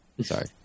Sorry